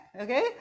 okay